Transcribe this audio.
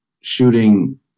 shooting